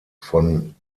von